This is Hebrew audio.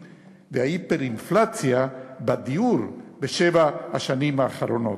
וההיפר-אינפלציה בדיור בשבע השנים האחרונות.